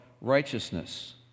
righteousness